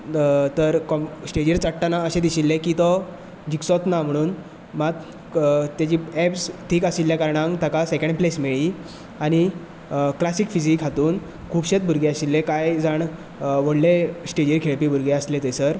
तर कॉम स्टेजीर चडटना अशें दिशिल्लें की जिखचोच ना म्हणून मात तेची एब्स थीक आशिल्ल्या कारणान ताका सेकंड प्लेस मेळ्ळी आनी क्लासीक फिसीक हातूंत खुबशेच भुरगे आशिल्ले कांय जाण व्हडले स्टेजीर खेळपी भुरगे आसले थंयसर